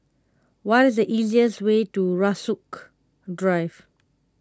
what is the easiest way to Rasok Drive